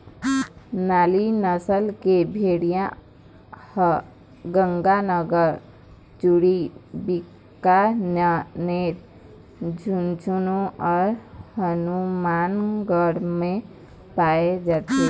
नाली नसल के भेड़िया ह गंगानगर, चूरू, बीकानेर, झुंझनू अउ हनुमानगढ़ म पाए जाथे